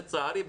לצערי,